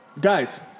guys